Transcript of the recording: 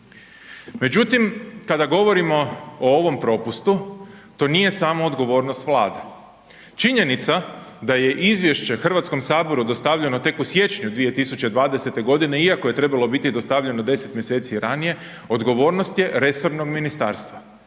Međutim kada govorimo o ovom propustu, to nije samo odgovornost Vlade. Činjenica da je izvješće Hrvatskom saboru dostavljeno tek u siječnju 2020. g. iako je trebalo biti dostavljeno 10. mj. ranije, odgovornost je resornog ministarstva,